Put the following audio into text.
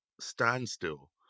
standstill